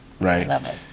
Right